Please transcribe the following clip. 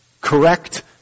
Correct